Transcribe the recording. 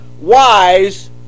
wise